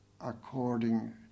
according